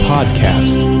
Podcast